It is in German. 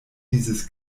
dieses